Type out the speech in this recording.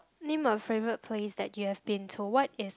name a favourite place that you have been to what is